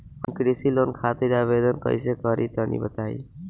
हम कृषि लोन खातिर आवेदन कइसे करि तनि बताई?